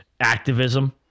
activism